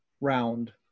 round